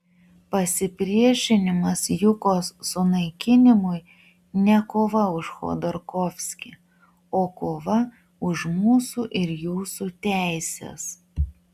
pasipriešinimas jukos sunaikinimui ne kova už chodorkovskį o kova už mūsų ir jūsų teises